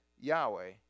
Yahweh